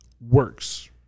works